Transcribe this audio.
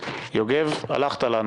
הלכת לנו.